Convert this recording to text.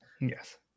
Yes